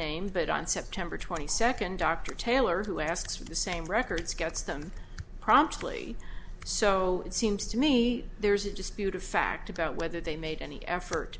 name but on september twenty second dr taylor who asks for the same records gets them promptly so it seems to me there's a disputed fact about whether they made any effort